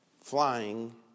flying